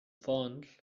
fons